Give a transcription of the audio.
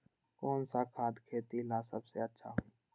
कौन सा खाद खेती ला सबसे अच्छा होई?